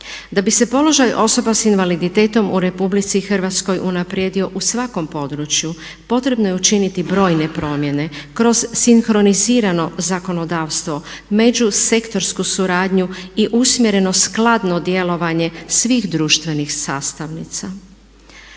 Da bi se položaj osoba s invaliditetom u RH unaprijedio u svakom području potrebno je učiniti brojne promjene, kroz sinkronizirano zakonodavstvo, međusektorsku suradnju i usmjerenosti skladnom djelovanju svih društvenih sastavnica.